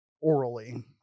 orally